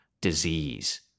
disease